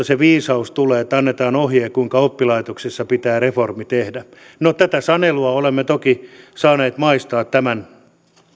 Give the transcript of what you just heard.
se viisaus tulee että annetaan ohje kuinka oppilaitoksissa pitää reformi tehdä no tätä sanelua olemme toki saaneet maistaa tämän